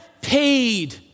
paid